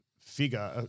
figure